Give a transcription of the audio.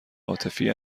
عاطفی